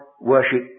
worship